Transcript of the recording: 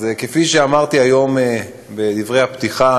אז כפי שאמרתי היום בדברי הפתיחה,